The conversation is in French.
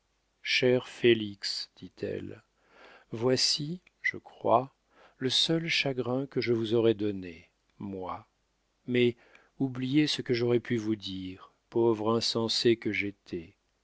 félix dit-elle voici je crois le seul chagrin que je vous aurai donné moi mais oubliez ce que j'aurai pu vous dire pauvre insensée que j'étais